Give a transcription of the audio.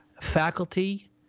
faculty